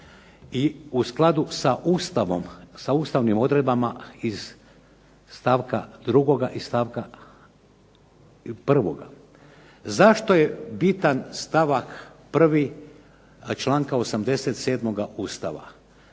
i u skladu sa Ustavnim odredbama iz stavka 2. i stavka 1.". Zašto je bitan stavak 1. članka 87. Ustava?